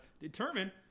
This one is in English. determine